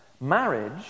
Marriage